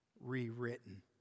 rewritten